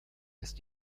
ist